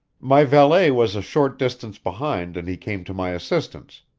my valet was a short distance behind and he came to my assistance.